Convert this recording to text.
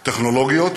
טכנולוגיות,